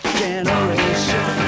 generation